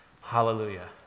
Hallelujah